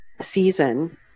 season